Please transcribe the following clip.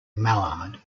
mallard